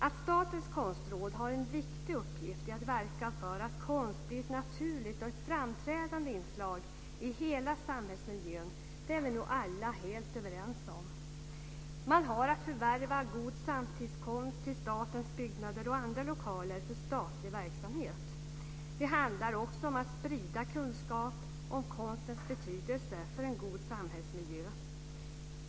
Att Statens konstråd har en viktig uppgift i att verka för att konst blir ett naturligt och framträdande inslag i hela samhällsmiljön är vi nog alla helt överens om. Man har att förvärva god samtidskonst till statens byggnader och andra lokaler för statlig verksamhet. Det handlar också om att sprida kunskap om konstens betydelse för en god samhällsmiljö. Herr talman!